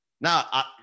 Now